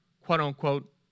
quote-unquote